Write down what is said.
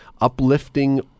uplifting